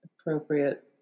appropriate